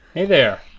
hey there.